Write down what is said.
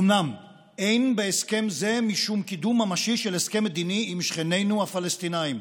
אומנם אין בהסכם זה משום קידום ממשי של הסכם מדיני עם שכנינו הפלסטינים,